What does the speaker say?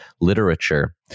literature